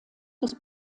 des